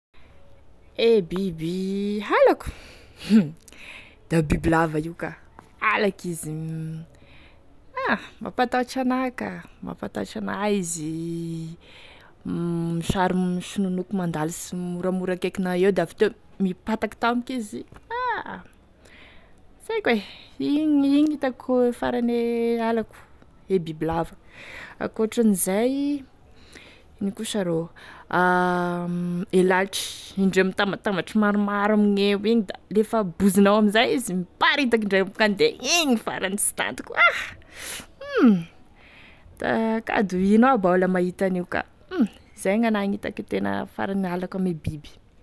E biby halako hum da e bibilava io ka alako izy ah mampatahotry anah ka mampatahotry anah a izy misary misononoky mandalo simoramora akaikinao eo da avy teo mipataky tampoky izy ah sy aiko e igny gn'itako farane alako e bibilava, ankoatran'izay ino koa sa rô e lalitry indreo mitambatambatry maromaro amigneo igny da lefa bozinao amizay izy miparitaky indraiky m- ka de igny farany e sy tantiko ah hum da akady ho ino aby aho la mahita an'io ka hum izay gn'anah gn'itako e tena farane halako ame biby.